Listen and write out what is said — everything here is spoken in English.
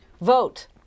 Vote